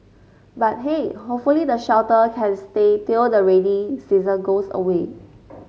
but hey hopefully the shelter can stay till the rainy season goes away